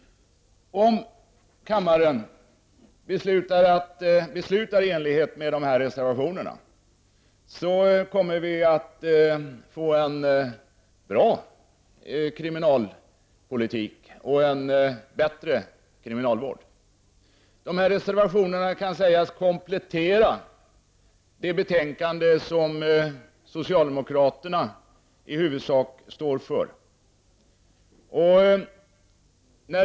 Om kammaren beslutar i enlighet med dessa reservationer kommer vi att få en bra kriminalpolitik och en bättre kriminalvård. Dessa reservationer kan sägas komplettera det betänkande som socialdemokraterna i huvudsak står för.